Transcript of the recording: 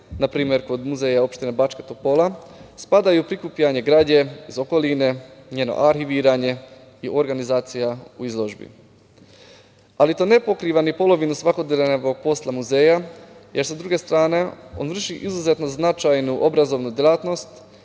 na primer, kod muzeja opštine Bačka Topola spadaju prikupljanje građe iz okoline, njeno arhiviranje i organizacija u izložbi, ali to ne pokriva ni polovinu svakodnevnog posla muzeja, jer sa druge strane on vrši izuzetno značajnu obrazovnu delatnost